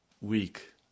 week